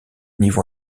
niveau